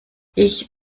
ich